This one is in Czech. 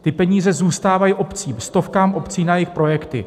Ty peníze zůstávají obcím, stovkám obcí na jejich projekty.